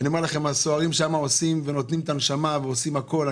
הסוהרים שם עושים ונותנים את הנשמה ועושים הכול,